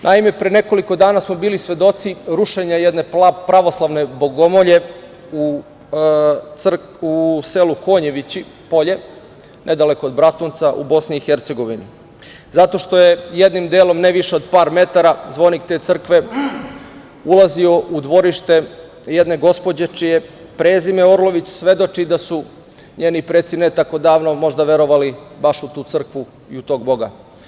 Naime, pre nekoliko dana smo bili svedoci rušenja jedne pravoslavne bogomolje u selu Konjevići Polje, nedaleko od Bratunca u Bosni i Hercegovini, zato što je jednim delom, ne više od par metara, zvonik te crkve ulazio u dvorište jedne gospođe čije prezime Orlović svedoči da su njeni preci ne tako davno možda verovali baš u tu crkvu i u tog boga.